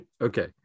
Okay